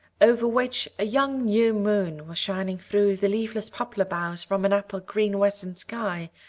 over which a young new moon was shining through the leafless poplar boughs from an apple-green western sky,